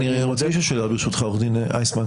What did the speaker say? אני רוצה לשאול שאלה, ברשותך, עורך דין איסמן.